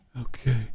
Okay